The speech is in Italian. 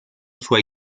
suoi